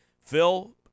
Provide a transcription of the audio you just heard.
Phil